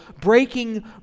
breaking